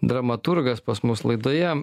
dramaturgas pas mus laidoje